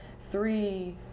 three